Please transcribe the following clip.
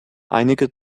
einige